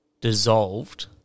dissolved